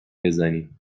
بزنیم